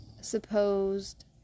supposed